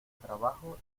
trabajo